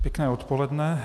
Pěkné odpoledne.